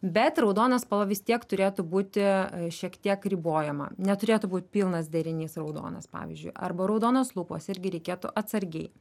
bet raudona spalva vis tiek turėtų būti šiek tiek ribojama neturėtų būt pilnas derinys raudonas pavyzdžiui arba raudonos lūpos irgi reikėtų atsargiai